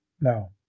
No